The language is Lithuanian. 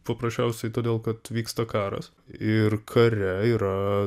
paprasčiausiai todėl kad vyksta karas ir kare yra